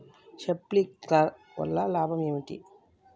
Sprinkler వల్ల లాభం ఏంటి?